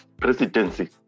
presidency